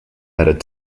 added